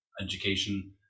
education